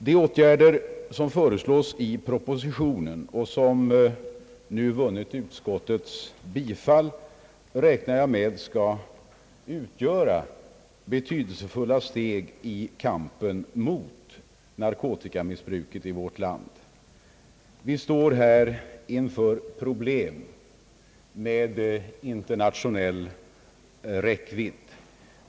De åtgärder, som föreslås i propositionen och som nu har tillstyrkts av utskottet, räknar jag med skall utgöra betydelsefulla steg i kampen mot narkotikamissbruket i vårt land. Vi står här inför problem med internationell räckvidd.